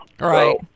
right